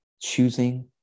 choosing